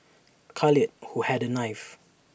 Khalid who had A knife